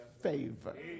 favor